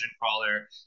crawler